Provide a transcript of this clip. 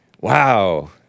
Wow